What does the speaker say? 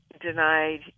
denied